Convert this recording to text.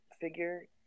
figure